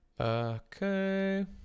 Okay